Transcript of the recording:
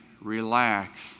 relax